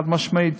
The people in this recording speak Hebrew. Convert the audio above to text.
חד-משמעית,